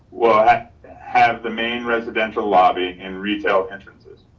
well, i have the main residential lobby and retail entrances.